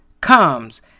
comes